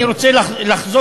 אני רוצה לחזור: